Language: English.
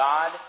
God